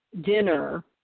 dinner